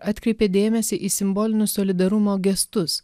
atkreipė dėmesį į simbolinius solidarumo gestus